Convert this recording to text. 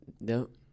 Nope